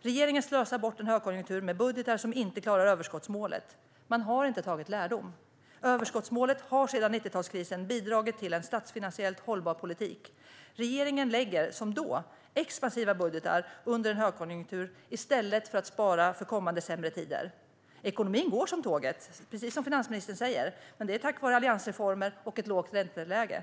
Regeringen slösar bort en högkonjunktur med budgetar som inte klarar överskottsmålet. Den har inte tagit lärdom. Överskottsmålet har sedan 90talskrisen bidragit till en statsfinansiellt hållbar politik. Regeringen lägger som då fram expansiva budgetar under en högkonjunktur i stället för att spara för kommande sämre tider. Ekonomin går som tåget, precis som finansministern säger. Men det är tack vare alliansreformer och ett lågt ränteläge.